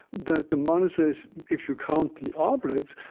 that the monasteries, if you count the oblates,